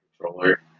controller